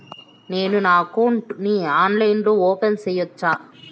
నేను నా అకౌంట్ ని ఆన్లైన్ లో ఓపెన్ సేయొచ్చా?